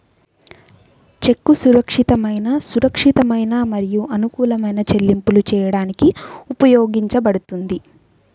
చెక్కు సురక్షితమైన, సురక్షితమైన మరియు అనుకూలమైన చెల్లింపులు చేయడానికి ఉపయోగించబడుతుంది